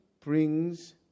brings